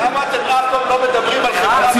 למה אתם אף פעם לא מדברים על חברה וכלכלה, למה?